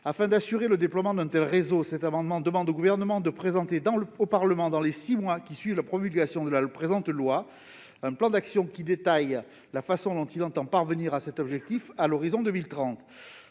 Afin d'assurer le déploiement d'un tel réseau, cet amendement a pour objet que le Gouvernement présente au Parlement, dans les six mois suivant la promulgation de la présente loi, un plan d'action qui détaille la façon dont il entend parvenir à cet objectif à l'horizon 2030.